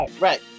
Right